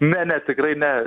ne ne tikrai ne